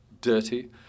dirty